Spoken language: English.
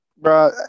bro